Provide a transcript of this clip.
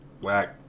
black